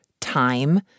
time